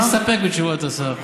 להסתפק בתשובת השר.